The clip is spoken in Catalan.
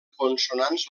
consonants